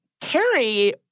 Carrie